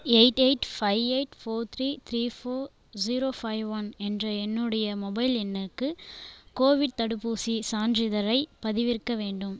eight eight five eight four three three four zero five one என்ற என்னுடைய mobile எண்ணுக்கு Covid தடுப்பூசி சான்றிதழை பதிவிறக்க வேண்டும்